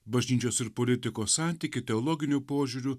bažnyčios ir politikos santykį teologiniu požiūriu